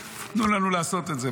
תנו לנו לעשות את זה,